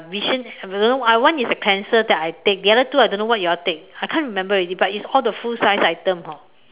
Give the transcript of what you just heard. vision I don't know uh one is a cleanser that I take the other two I don't know what you all take I can't remember already but it's all the full sized item hor